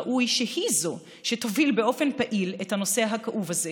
ראוי שהיא שתוביל באופן פעיל את הנושא הכאוב הזה.